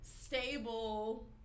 stable